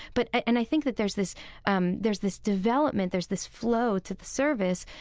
but, and i think that there's this um there's this development, there's this flow to the service,